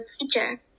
teacher